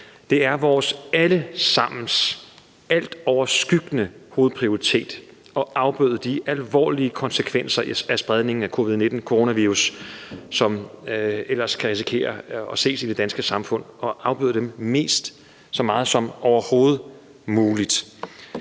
Det er vores alle sammens altoverskyggende hovedprioritet at afbøde de alvorlige konsekvenser af spredningen af covid-19, coronavirus, som ellers kan risikere at ses i det danske samfund, og afbøde dem så meget som overhovedet muligt.